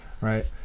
right